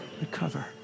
recover